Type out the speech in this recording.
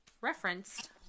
referenced